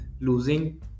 losing